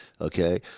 okay